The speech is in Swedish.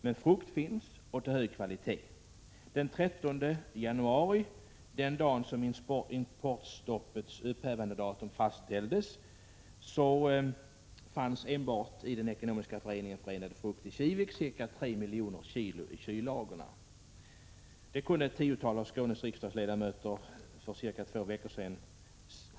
Men frukt finns, och av hög kvalitet. Den 13 januari, den dag som importstoppets upphävandedatum fastställdes, 59 fanns enbart i den ekonomiska föreningen Förenade Frukt i Kivik cirka tre miljoner kilo i kyllagren. Det kunde ett tiotal av Skånes riksdagsledamöter själva se för ca 2 veckor sedan.